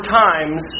times